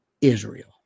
Israel